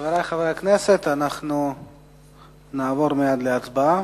חברי חברי הכנסת, אנחנו נעבור מייד להצבעה.